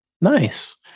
Nice